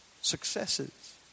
successes